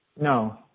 No